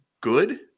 good